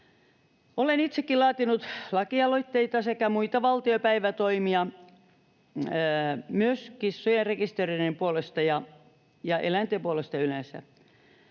Olen itsekin laatinut lakialoitteita sekä muita valtiopäivätoimia myös kissojen rekisteröinnin puolesta ja eläinten puolesta yleensä